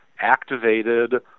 activated